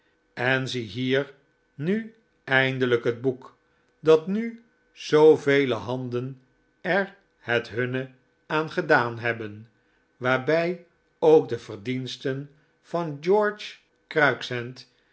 en ziehier nu eindelijk het boek nadat nu zoovele handen er het hunne aan gedaan hebben waarbij ook de verdiensten van george